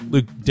Luke